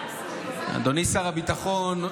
אדוני שר הביטחון,